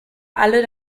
alle